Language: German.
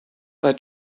bei